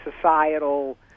societal